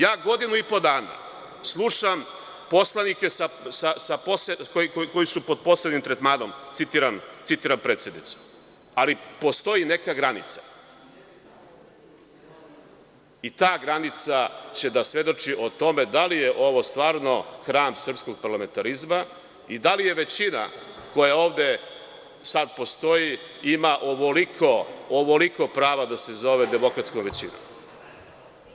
Ja godinu i po dana slušam poslanike koji su pod posebnim tretmanom, citiram predsednicu, ali postoji neka granica i ta granica će da svedoči o tome da li je ovo hram srpskog parlamentarizma ili većina koja ovde sada postoji ima ovoliko prava da se zove demokratskom većinom.